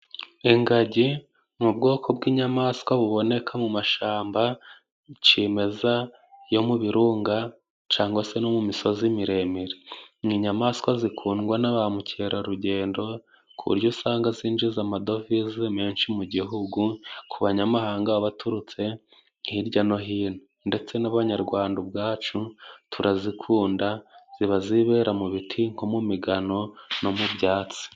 Ingagi ni ubwoko bw'inyamaswa buboneka mu mashamba cimeza yo mu birunga, cangwa se no mu misozi miremire. Ni inyamaswa zikundwa na ba Mukerarugendo, ku buryo usanga zinjiza amadovize menshi mu gihugu ku banyamahanga baturutse hirya no hino, ndetse n'abanyarwanda ubwacu turazikunda, ziba zibera mu biti nko mu migano no mu byatsi.